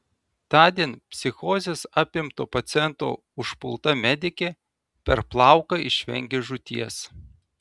tądien psichozės apimto paciento užpulta medikė per plauką išvengė žūties